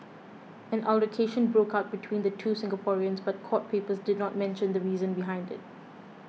an altercation broke out between the two Singaporeans but court papers did not mention the reason behind it